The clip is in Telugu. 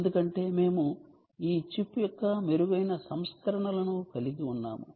ఎందుకంటే మేము ఈ చిప్ యొక్క మెరుగైన సంస్కరణలను కలిగి ఉన్నాము